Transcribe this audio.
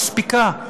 אני לא מספיקה.